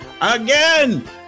again